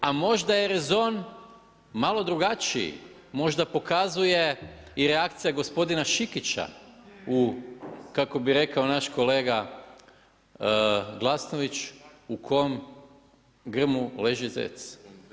A možda je rezon malo drugačiji, možda pokazuje i reakcija gospodina Šikića u, kako bi rekao naš kolega Glasnović, u kom grmu leži zec.